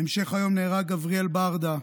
בהמשך היום נהרג גבריאל ברדה,